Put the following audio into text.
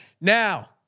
Now